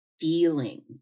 feeling